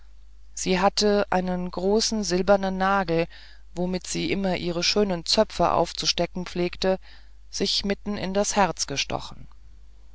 sie hatte eine große silberne nadel womit sie immer ihre schönen zöpfe aufzustecken pflegte sich mitten in das herz gestochen